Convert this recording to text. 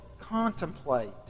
contemplate